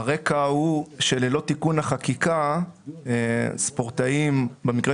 הרקע הוא שללא תיקון החקיקה ספורטאים במקרה